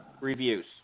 reviews